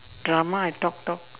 drama I talk talk